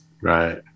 Right